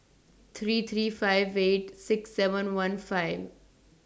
three three five eight six seven one five